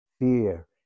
fear